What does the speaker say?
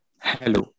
hello